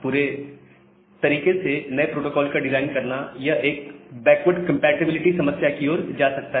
पूरी तरीके से नए प्रोटोकॉल का डिजाइन करना यह एक बैकवर्ड कंपैटिबिलिटी समस्या की ओर जा सकता है